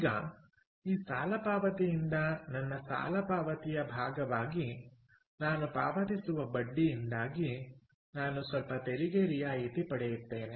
ಈಗ ಈ ಸಾಲ ಪಾವತಿಯಿಂದ ನನ್ನ ಸಾಲ ಪಾವತಿಯ ಭಾಗವಾಗಿ ನಾನು ಪಾವತಿಸುವ ಬಡ್ಡಿಯಿಂದಾಗಿ ನಾನು ಸ್ವಲ್ಪ ತೆರಿಗೆ ರಿಯಾಯಿತಿ ಪಡೆಯುತ್ತೇನೆ